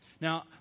Now